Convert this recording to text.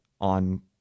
on